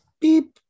Beep